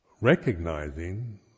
recognizing